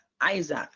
isaac